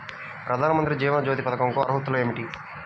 ప్రధాన మంత్రి జీవన జ్యోతి పథకంకు అర్హతలు ఏమిటి?